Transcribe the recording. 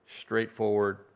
straightforward